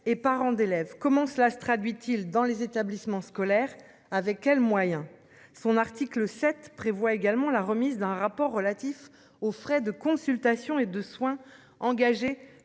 et parents d'élèves comment cela se traduit-il dans les établissements scolaires. Avec quels moyens. Son article 7 prévoit également la remise d'un rapport relatif aux frais de consultation et de soins engagés